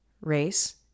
race